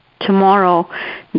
tomorrow